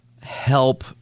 help